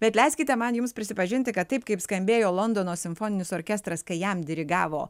bet leiskite man jums prisipažinti kad taip kaip skambėjo londono simfoninis orkestras kai jam dirigavo